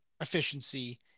efficiency